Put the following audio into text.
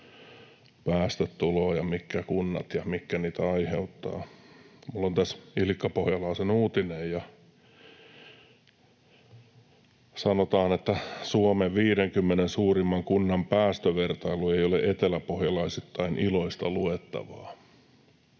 päästöt tulevat ja mitkä kunnat niitä aiheuttavat. Minulla on tässä Ilkka-Pohjalaisen uutinen, jossa sanotaan, että Suomen 50 suurimman kunnan päästövertailu ei ole eteläpohjalaisittain iloista luettavaa.